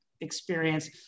experience